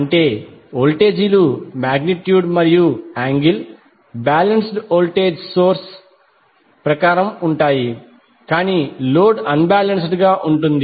అంటే వోల్టేజీలు మాగ్నిట్యూడ్ మరియు యాంగిల్ బాలెన్స్డ్ వోల్టేజ్ సోర్స్ ప్రకారం ఉంటాయి కాని లోడ్ అన్ బాలెన్స్డ్ గా ఉంటుంది